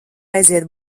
aiziet